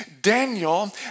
Daniel